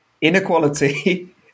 Inequality